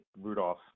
rudolph